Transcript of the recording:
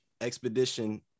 expedition